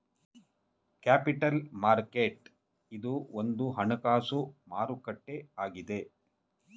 capital market ಇದು ಒಂದು ಹಣಕಾಸು ಮಾರುಕಟ್ಟೆ ಆಗಿದೆ